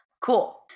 Cool